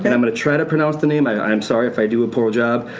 and i'm gonna try to pronounce the name, i'm sorry if i do a poor job,